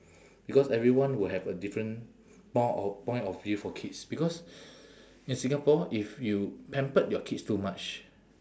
because everyone would have a different point of point of view for kids because in singapore if you pampered your kids too much